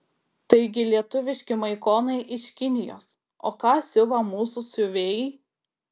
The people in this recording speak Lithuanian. taigi lietuviški maikonai iš kinijos o ką siuva mūsų siuvėjai